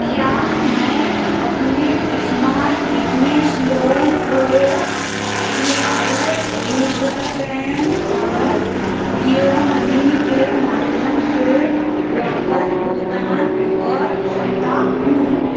क्या मैं अपने स्माल बिजनेस लोन को मेघालय रूरल बैंक पर जियो मनी के माध्यम से वापस भुगतान कर सकता हूँ